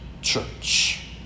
church